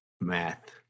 Math